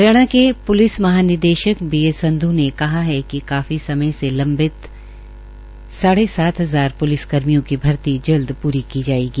हरियाणा के प्लिस महानिर्देशक B S Sandhu ने आज कहा है कि काफी समय से लम्बित साढ़े सात हजार प्लिस कर्मियों की भर्ती जल्द प्री की जायेगी